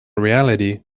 reality